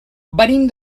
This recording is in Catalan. venim